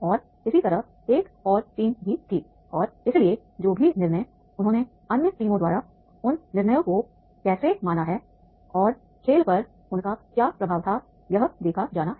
और इसी तरह एक और टीम भी थी और इसलिए जो भी निर्णय उन्होंने अन्य टीमों द्वारा उन निर्णयों को कैसे माना है और खेल पर उनका क्या प्रभाव था यह देखा जाना है